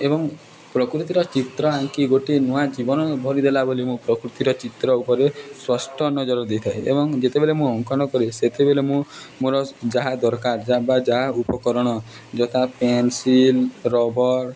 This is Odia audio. ଏବଂ ପ୍ରକୃତିର ଚିତ୍ର ଆଙ୍କି ଗୋଟେ ନୂଆ ଜୀବନ ଭରିଦେଲା ବୋଲି ମୁଁ ପ୍ରକୃତିର ଚିତ୍ର ଉପରେ ସ୍ପଷ୍ଟ ନଜର ଦେଇଥାଏ ଏବଂ ଯେତେବେଲେ ମୁଁ ଅଙ୍କନ କରେ ସେତେବେଲେ ମୁଁ ମୋର ଯାହା ଦରକାରା ବା ଯାହା ଉପକରଣ ଯଥା ପେନସିଲ୍ ରବର